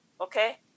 Okay